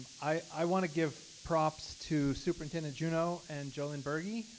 i want to give props to superintendent juneau and jolynn berge